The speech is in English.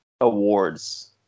awards